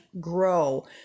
grow